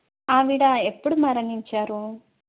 ఆవిడ ఎప్పుడు మరణించారు